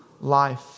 life